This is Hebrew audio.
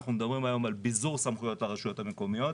אנחנו מדברים היום על ביזור סמכויות לרשויות המקומיות,